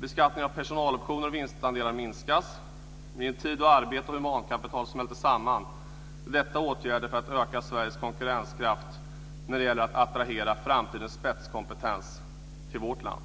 Beskattningen av personaloptioner och vinstandelar minskas. I en tid då arbete och humankapital smälter samman är detta åtgärder för att öka Sveriges konkurrenskraft när det gäller att attrahera framtidens spetskompetens till vårt land.